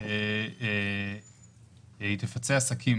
היא תפצה עסקים